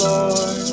Lord